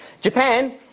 Japan